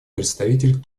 представитель